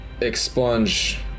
expunge